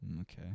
Okay